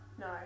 No